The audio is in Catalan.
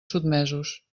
sotmesos